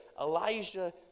Elijah